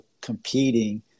competing